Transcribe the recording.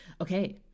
Okay